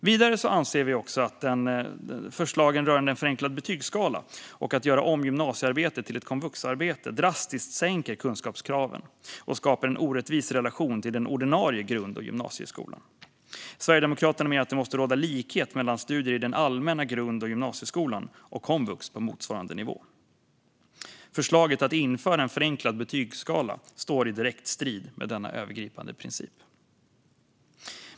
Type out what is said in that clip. Vidare anser vi att förslagen om en förenklad betygsskala och om att göra om gymnasiearbetet till ett komvuxarbete drastiskt sänker kunskapskraven och skapar en orättvis relation till den ordinarie grund och gymnasieskolan. Sverigedemokraterna menar att det måste råda likhet mellan studier i den allmänna grund och gymnasieskolan och komvux på motsvarande nivå. Förslaget att införa en förenklad betygsskala står i direkt strid med denna övergripande princip.